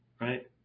Right